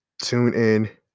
TuneIn